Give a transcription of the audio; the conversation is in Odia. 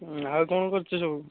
ଆଉ କ'ଣ କରିଛୁ ସବୁ